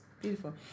Beautiful